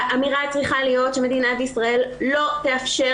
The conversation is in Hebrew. האמירה צריכה להיות שמדינת ישראל לא תאפשר